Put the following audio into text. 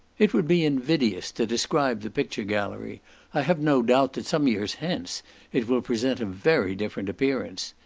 it would be invidious to describe the picture gallery i have no doubt, that some years hence it will present a very different appearance.